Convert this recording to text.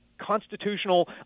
constitutional